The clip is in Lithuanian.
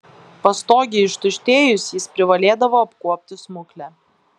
pastogei ištuštėjus jis privalėdavo apkuopti smuklę